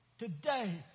Today